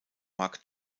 mark